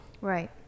Right